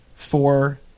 Four